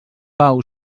pau